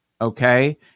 okay